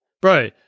Bro